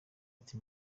ati